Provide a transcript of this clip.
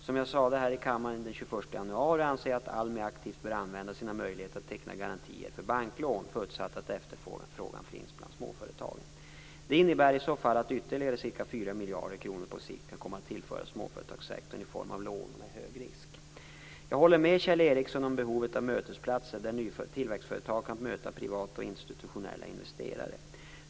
Som jag sade här i kammaren den 21 januari anser jag att ALMI aktivt bör använda sina möjligheter att teckna garantier för banklån, förutsatt att efterfrågan finns bland småföretagen. Det innebär i så fall att ytterligare ca 4 miljarder kronor på sikt kan komma att tillföras småföretagssektorn i form av lån med hög risk. Jag håller med Kjell Ericsson om behovet av mötesplatser där tillväxtföretag kan möta privata och institutionella investerare.